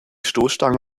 stoßstange